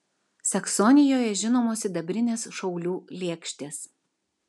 saksonijoje žinomos sidabrinės šaulių lėkštės